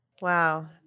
Wow